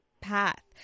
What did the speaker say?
path